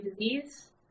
disease